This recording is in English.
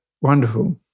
wonderful